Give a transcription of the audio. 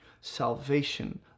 Salvation